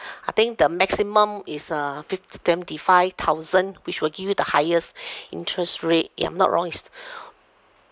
I think the maximum is uh fif~ seventy five thousand which will give you the highest interest rate if I'm not wrong is